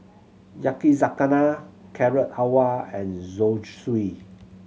Yakizakana Carrot Halwa and Zosui